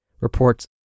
reports